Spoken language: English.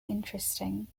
interesting